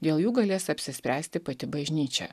dėl jų galės apsispręsti pati bažnyčia